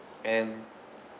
and